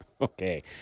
Okay